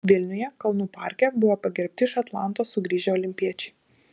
vilniuje kalnų parke buvo pagerbti iš atlantos sugrįžę olimpiečiai